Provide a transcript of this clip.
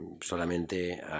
solamente